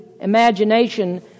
imagination